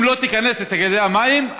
אם לא תיכנס לתאגידי המים,